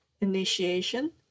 initiation